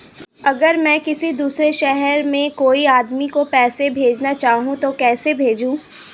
अगर मैं किसी दूसरे शहर में कोई आदमी को पैसे भेजना चाहूँ तो कैसे भेजूँ?